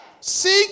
Seek